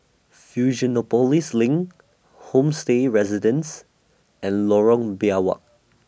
Fusionopolis LINK Homestay Residences and Lorong Biawak